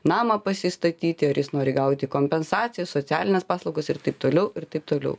namą pasistatyti ar jis nori gauti kompensaciją socialines paslaugas ir taip toliau ir taip toliau